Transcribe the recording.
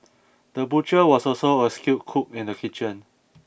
the butcher was also a skilled cook in the kitchen